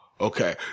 okay